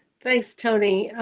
thanks tony.